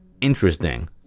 interesting